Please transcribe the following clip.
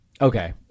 Okay